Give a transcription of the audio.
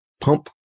pump